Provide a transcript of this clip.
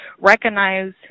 recognize